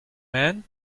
man